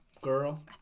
girl